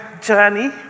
journey